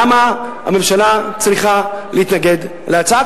למה הממשלה צריכה להתנגד לזה?